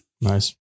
Nice